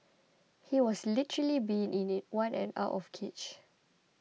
he has literally been in in one and out of cage